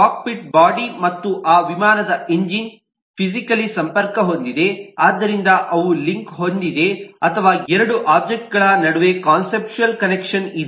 cockpit body ಮತ್ತು ಆ ವಿಮಾನದ ಎಂಜಿನ್ ಫಿಸಿಕಲಿ ಸಂಪರ್ಕ ಹೊಂದಿದೆ ಆದ್ದರಿಂದ ಅವು ಲಿಂಕ್ ಹೊಂದಿವೆ ಅಥವಾ ಎರಡು ಒಬ್ಜೆಕ್ಟ್ಗಳ ನಡುವೆ ಕಾನ್ಸೆಪ್ಚುಯಲ್ ಕನೆಕ್ಷನ್ ಇದೆ